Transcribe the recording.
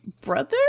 brother